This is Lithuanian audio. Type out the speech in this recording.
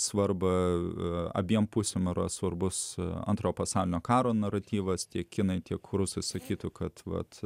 svarbą abiem pusėm yra svarbus antro pasaulinio karo naratyvas tiek kinai tiek rusų sakytų kad